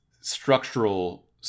structural